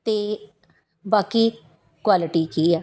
ਅਤੇ ਬਾਕੀ ਕੁਆਲਿਟੀ ਕੀ ਆ